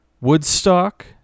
Woodstock